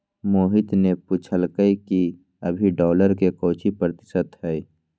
मोहित ने पूछल कई कि अभी डॉलर के काउची प्रतिशत है?